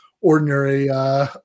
ordinary